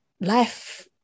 life